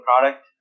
product